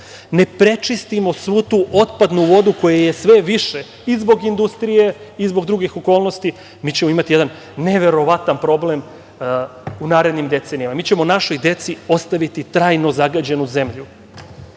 ne prečistimo svu tu otpadnu vodu koja je sve više i zbog industrije i zbog drugih okolnosti, mi ćemo imati jedan neverovatan problem u narednim decenijama. Mi ćemo našoj deci ostaviti trajno zagađenu zemlju.